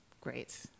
Great